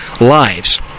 lives